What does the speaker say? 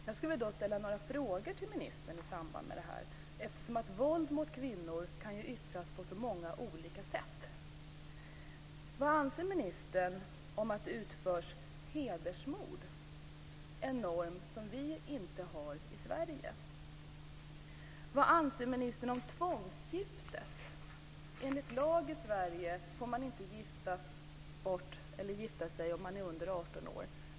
Jag skulle vilja ställa några frågor till ministern i samband med det som tas upp här - våld mot kvinnor kan ju yttra sig på så många olika sätt: - en norm som vi inte har i Sverige? 18 år.